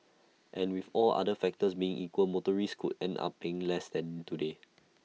and with all other factors being equal motorists could end up paying less than today